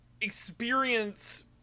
experience